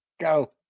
Go